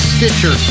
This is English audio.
Stitcher